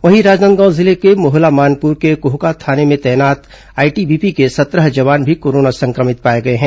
वहीं राजनांदगांव जिले में मोहला मानपुर के कोहका थाने में तैनात आईटीबीपी के सत्रह जवान भी कोरोना संक्रमित पाए गए हैं